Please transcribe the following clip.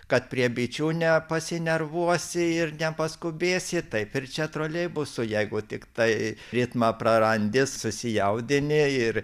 kad prie bičių nepasinervuosi ir nepaskubėsi taip ir čia troleibusu jeigu tiktai ritmą prarandi susijaudini ir